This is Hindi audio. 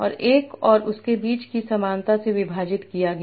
और 1 को उसके बीच की समानता से विभाजित किया गया